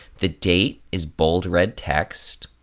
the date is bold red text,